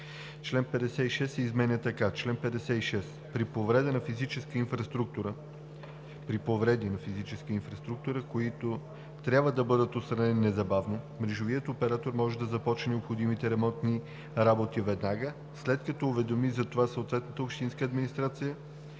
Член 56 се изменя така: „Чл. 56. При повреди на физическа инфраструктура, които трябва да бъдат отстранени незабавно, мрежовият оператор може да започне необходимите ремонтни работи веднага, след като уведоми за това съответната общинска администрация,